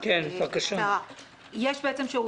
אבל ברגע שאנחנו רוצים להכניס אותם לסל קופה,